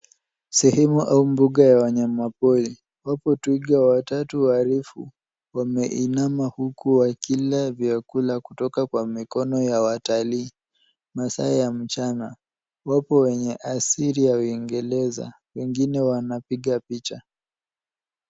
Sehemu au mbuga ya wanyamapori ambapo twiga watatu warefu wameinama huku wakila vyakula kutoka kwenye mikono ya watalii masaa ya mchana. Wapo wenye asili ya Uingereza. Wengine wanapiga picha.